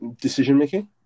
decision-making